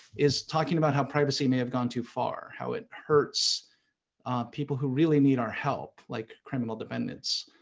is talking about how privacy may have gone too far. how it hurts people who really need our help like criminal defendants.